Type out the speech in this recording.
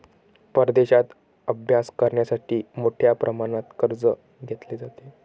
परदेशात अभ्यास करण्यासाठी मोठ्या प्रमाणात कर्ज घेतले जाते